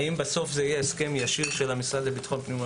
האם בסוף זה יהיה הסכם ישיר של המשרד לביטחון הפנים מול